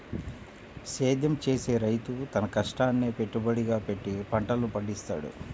సేద్యం చేసే రైతు తన కష్టాన్నే పెట్టుబడిగా పెట్టి పంటలను పండిత్తాడు